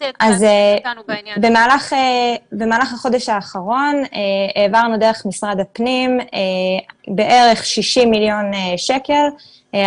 במהלך החודש האחרון העברנו דרך משרד הפנים בערך 60 מיליון שקלים,